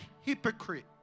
hypocrite